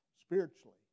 spiritually